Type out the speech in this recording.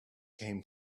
came